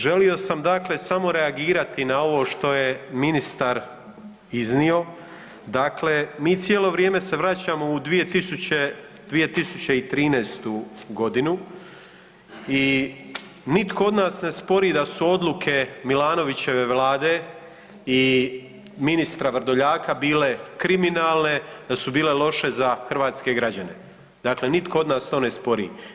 Želio sam samo reagirati na ovo što je ministar iznio, dakle mi cijelo vrijeme se vraćamo u 2013. godinu i nitko od nas ne spori da su odluke Milanovićeve vlade i ministra Vrdoljaka bile kriminalne, da su bile loše za hrvatske građane, dakle nitko od nas to ne spori.